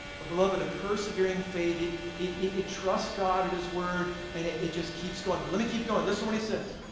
but beloved a persevering faith it it it trust god at his word, and it it just keeps going, but let me keep going listen what he says.